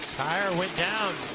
tire went down.